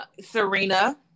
Serena